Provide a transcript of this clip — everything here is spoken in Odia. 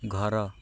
ଘର